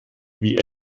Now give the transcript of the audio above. wie